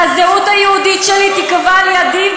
והזהות היהודית שלי תיקבע על-ידי,